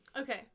Okay